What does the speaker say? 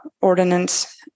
ordinance